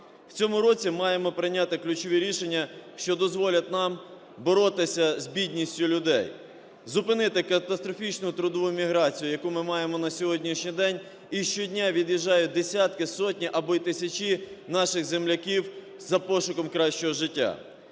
В цьому році маємо прийняти ключові рішення, що дозволять нам боротися з бідністю людей, зупинити катастрофічну трудову міграцію, яку ми маємо на сьогоднішній день. І щодня від'їжджають десятки, сотні або й тисячі наших земляків за пошуком кращого життя.